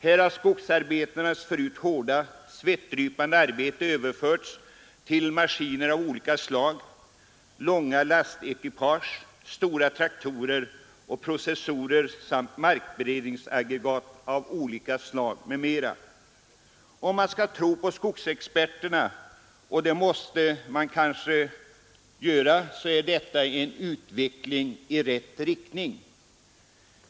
Här har skogsarbetarnas förut hårda, svettdrypande arbete överförts till maskiner av olika slag, långa lastekipage, stora traktorer, processorer samt markberedningsaggregat av olika slag. Om man skall tro på skogsexperterna — och det måste man kanske göra — är detta en utveckling i rätt riktning.